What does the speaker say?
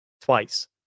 twice